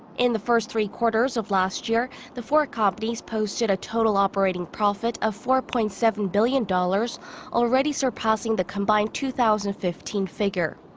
in the first three quarters of last year, the four companies posted a total operating profit of four-point-seven billion dollars already surpassing the combined two thousand and fifteen figure.